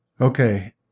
Okay